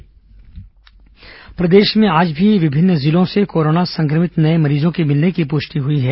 corona मरीज प्रदेश में आज भी विभिन्न जिलों से कोरोना संक्रमित नये मरीजों के मिलने की पुष्टि हुई है